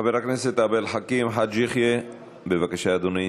חבר הכנסת עבד אל חכים חאג' יחיא, בבקשה, אדוני.